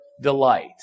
delight